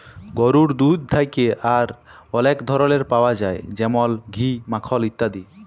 গরুর দুহুদ থ্যাকে আর অলেক ধরলের পাউয়া যায় যেমল ঘি, মাখল ইত্যাদি